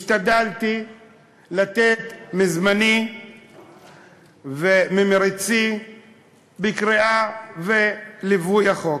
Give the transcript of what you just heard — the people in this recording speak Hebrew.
השתדלתי לתת מזמני וממרצי לקריאה וליווי של החוק.